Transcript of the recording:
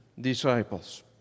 disciples